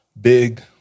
big